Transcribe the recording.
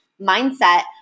mindset